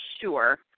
sure